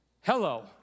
Hello